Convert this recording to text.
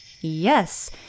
Yes